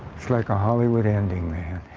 it's like a hollywood ending, man.